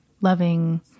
loving